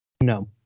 No